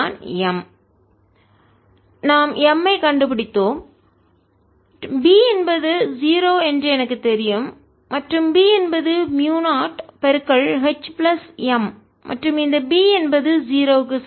0 B0H MH M32 Bapplied0 H B நாம் M ஐ கண்டுபிடித்தோம் B என்பது 0 என்று எனக்குத் தெரியும் மற்றும் B என்பது மியூ0 H பிளஸ் M மற்றும் இந்த B என்பது 0 க்கு சமம்